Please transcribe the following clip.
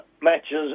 matches